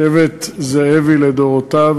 שבט זאבי לדורותיו,